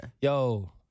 Yo